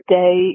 day